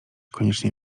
koniecznie